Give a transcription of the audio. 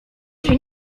się